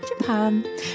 Japan